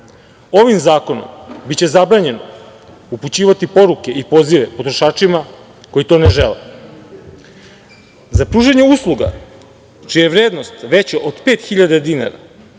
Ovim zakonom biće zabranjeno upućivati poruke i pozive potrošačima koji to ne žele.Za pružanje usluga čija je vrednost veća od 5.000 dinara,